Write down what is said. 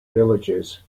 villages